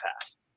past